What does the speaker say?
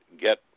get